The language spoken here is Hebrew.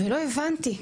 ולא הבנתי.